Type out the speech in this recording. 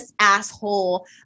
asshole